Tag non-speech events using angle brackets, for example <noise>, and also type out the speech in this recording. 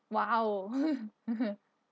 !wow! <laughs>